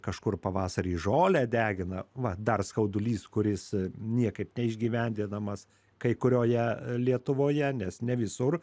kažkur pavasarį žolę degina va dar skaudulys kuris niekaip neišgyvendinamas kai kurioje lietuvoje nes ne visur